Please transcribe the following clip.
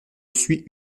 suis